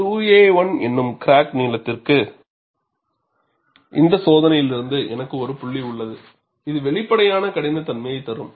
2a1 என்னும் crack நீளத்திற்கு இந்த சோதனையிலிருந்து எனக்கு ஒரு புள்ளி உள்ளது இது வெளிப்படையான கடினத்தன்மையைத் தரும்